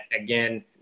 again